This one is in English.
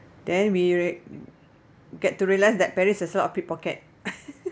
then we re~ get to realise that paris has lot of pickpocket